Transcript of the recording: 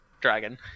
Dragon